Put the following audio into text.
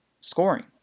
scoring